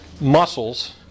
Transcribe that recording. muscles